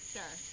Sure